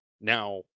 Now